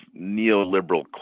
neoliberal